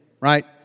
right